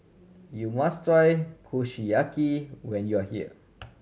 you must try Kushiyaki when you are here